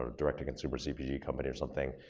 direct-to-consumer cpg company or something,